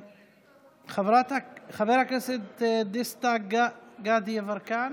חבר הכנסת דסטה גדי יברקן,